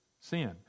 Sin